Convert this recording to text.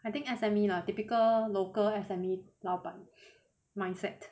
I think S_M_E lah typical local S_M_E 老板 mindset